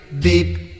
beep